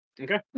Okay